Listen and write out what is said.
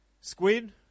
squid